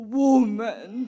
woman